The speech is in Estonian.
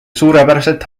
suurepäraselt